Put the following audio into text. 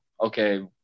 Okay